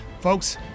folks